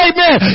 Amen